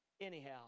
Anyhow